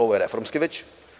Ovo je reformski već.